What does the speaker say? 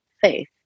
faith